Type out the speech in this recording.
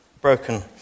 broken